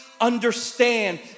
understand